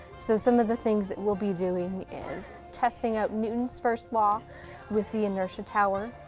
so some of the things that we'll be doing is testing out newton's first law with the inertia tower,